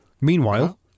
Meanwhile